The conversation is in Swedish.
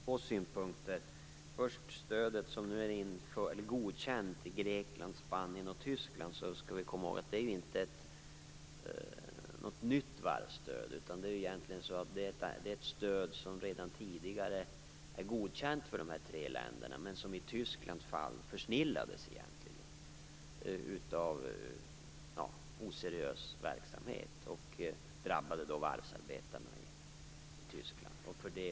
Fru talman! Jag har två synpunkter. Den första gäller stödet som nu är godkänt i Grekland, Spanien och Tyskland. Vi skall komma ihåg att det inte är fråga om något nytt varvsstöd. Det är ett stöd som redan tidigare är godkänt för dessa tre länder. Men i Tysklands fall försnillades det av oseriös verksamhet och drabbade varvsarbetarna i Tyskland.